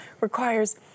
requires